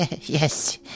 yes